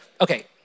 okay